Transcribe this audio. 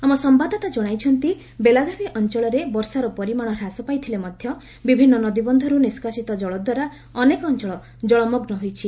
ଆମ ସମ୍ଭାଦଦାତା ଜଣାଇଛନ୍ତି ବେଲାଗାଭି ଅଞ୍ଚଳରେ ବର୍ଷାର ପରିମାଣ ହ୍ରାସ ପାଇଥିଲେ ମଧ୍ୟ ବିଭିନ୍ନ ନଦୀବନ୍ଧରୁ ନିଷ୍କାସିତ କଳ ଦ୍ୱାରା ଅନେକ ଅଞ୍ଚଳ ଜଳମଗୁ ହୋଇଛି